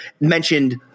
mentioned –